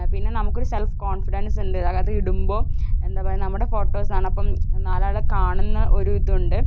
പിന്നെ നമുക്കൊരു സെൽഫ് കോൺഫിഡൻസുണ്ട് അതിടുമ്പോൾ എന്താ പറയുക നമ്മുടെ ഫോട്ടോസാണ് അപ്പം നാലാൾ കാണുന്ന ഒരിതുണ്ട്